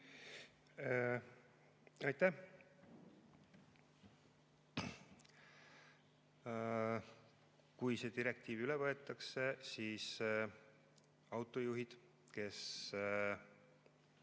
Aitäh! Kui see direktiiv üle võetakse ja autojuhid, kes